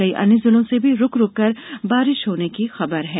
कई अन्य जिलों से भी रूक रूकर बारिश होने की खबर है